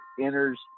enters